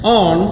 on